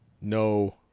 no